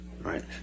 right